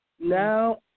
Now